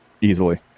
easily